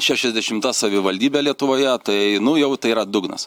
šešiasdešimta savivaldybė lietuvoje tai nu jau tai yra dugnas